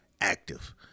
active